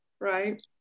right